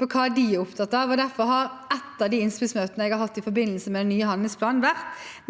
og hva de er opptatt av. Derfor har et av de innspillsmøtene jeg har hatt i forbindelse med den nye handlingsplanen,